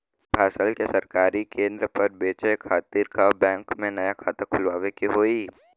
फसल के सरकारी केंद्र पर बेचय खातिर का बैंक में नया खाता खोलवावे के होई?